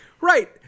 Right